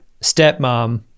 stepmom